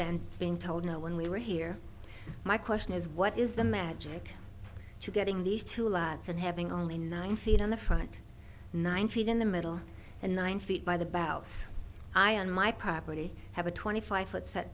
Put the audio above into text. then being told no when we were here my question is what is the magic to getting these two lads and having only nine feet on the front nine feet in the middle and nine feet by the boughs i on my property have a twenty five foot